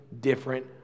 different